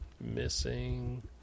Missing